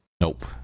Nope